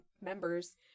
members